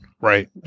Right